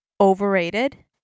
overrated